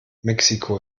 mexiko